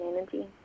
Energy